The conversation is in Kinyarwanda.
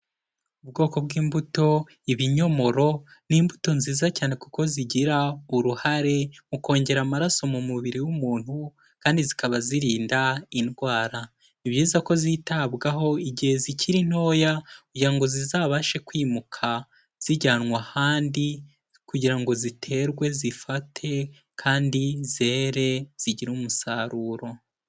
Ubwoko bw'imbuto, ibinyomoro n'imbuto nziza cyane kuko zigira uruhare mu kongera amaraso mu mubiri w'umuntu, kandi zikaba zirinda indwara. Ni byiza ko zitabwaho igihe zikiri ntoya, kugira ngo zizabashe kwimuka zijyanwa ahandi, kugira ngo ziterwe zifate kandi zere zigire umusaruro.